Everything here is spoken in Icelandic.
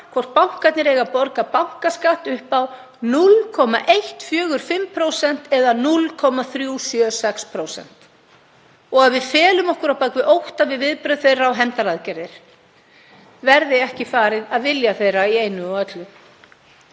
hvort bankarnir eigi að borga bankaskatt upp á 0,145% eða 0,376% og að við felum okkur á bak við ótta við viðbrögð þeirra og hefndaraðgerðir, verði ekki verið farið að vilja þeirra í einu og öllu.